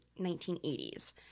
1980s